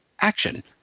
action